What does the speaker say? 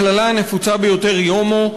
הקללה הנפוצה ביותר היא הומו,